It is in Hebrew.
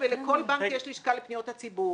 לכל בנק יש לשכה לפניות הציבור,